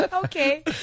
Okay